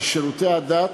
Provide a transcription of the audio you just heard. על שירותי הדת,